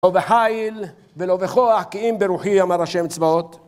לא בחייל ולא בכוח, כי אם ברוחי, אמר השם צבאות.